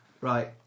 Right